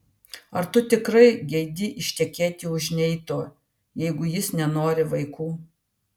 ar tu tikrai geidi ištekėti už neito jeigu jis nenori vaikų